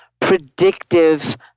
predictive